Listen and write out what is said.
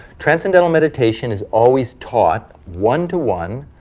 transcendental meditation is always taught one to one,